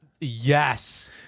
yes